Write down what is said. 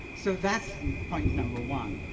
so that's point number one.